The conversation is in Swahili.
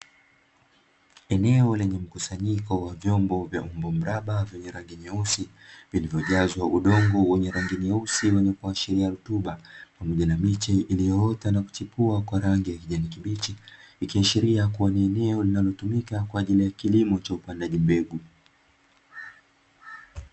Eneo la mkusanyiko wa vyombo mraba vyenye rangi nyeusi vilivyojazwa udongo wa rangi nyeusi wenye kuashiria rutuba pamoja na miti iliyoota na kuchipua kwa rangi ya kijani kibichi, ikiashiria kuwa ni eneo linalotumika kwa ajili ya kilimo cha upandaji mbegu.